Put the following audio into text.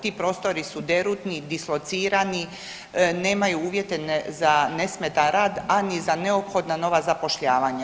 Ti prostori su derutni, dislocirani, nemaju uvjete za nesmetan rad a ni za neophodna nova zapošljavanja.